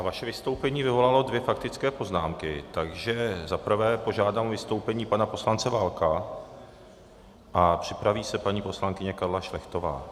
Vaše vystoupení vyvolalo dvě faktické poznámky, takže za prvé požádám o vystoupení pana poslance Válka a připraví se paní poslankyně Karla Šlechtová.